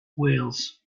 wales